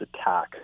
attack